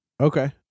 Okay